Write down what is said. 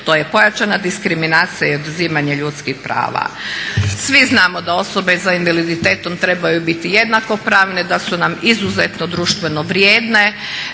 to je pojačana diskriminacija i oduzimanje ljudskih prava. Svi znamo da osobe s invaliditetom trebaju biti jednakopravne, da su nam izuzetno društveno vrijedne,